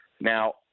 Now